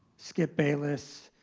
skip bayless,